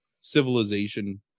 civilization